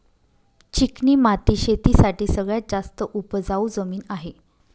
चिकणी माती शेती साठी सगळ्यात जास्त उपजाऊ जमीन आहे